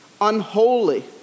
unholy